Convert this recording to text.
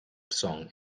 song